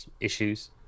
issues